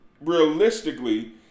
realistically